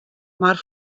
mar